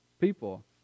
people